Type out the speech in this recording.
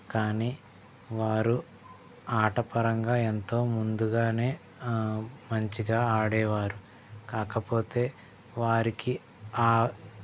కానీ వారు ఆటపరంగా ఎంతో ముందుగా మంచిగా ఆడేవారు కాకపోతే వారికి ఆ